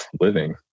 living